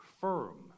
Firm